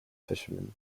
fishermen